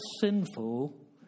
sinful